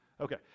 Okay